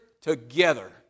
together